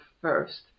first